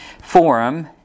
Forum